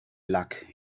luck